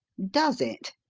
does it?